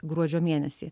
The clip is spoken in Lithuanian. gruodžio mėnesį